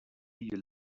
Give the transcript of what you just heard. you